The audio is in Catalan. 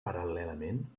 paral·lelament